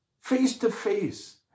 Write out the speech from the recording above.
face-to-face